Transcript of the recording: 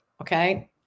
okay